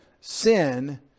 sin